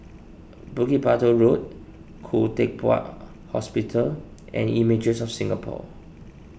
Bukit Batok Road Khoo Teck Puat Hospital and Images of Singapore